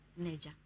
Naja